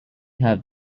have